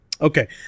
Okay